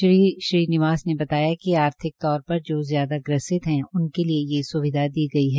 श्री श्रीनिवास ने बताया कि आर्थिक तौर जो ज्यादा ग्रसित है उनके लिऐ ये स्विधा दी गई है